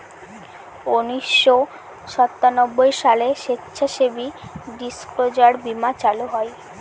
উনিশশো সাতানব্বই সালে স্বেচ্ছাসেবী ডিসক্লোজার বীমা চালু করা হয়